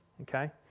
okay